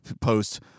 post